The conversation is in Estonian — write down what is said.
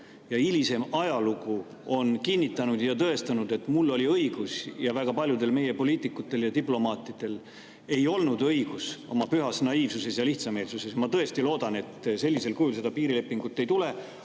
ja hilisem ajalugu on kinnitanud ja tõestanud, et mul oli õigus ja väga paljudel meie poliitikutel ja diplomaatidel ei olnud õigus oma pühas naiivsuses ja lihtsameelsuses. Ma tõesti loodan, et sellisel kujul seda piirilepingut ei tule,